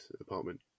apartment